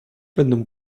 będą